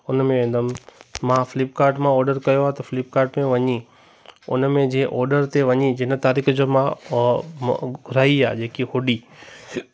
उनमें वेंदमि मां फ़्लिपकार्ट मां ऑडर कयो आहे त फ़्लिपकार्ट में वञी उन में जीअं ऑडर ते वञी जिनि तारीख़ जो मां घुराई आहे जेकी हुडी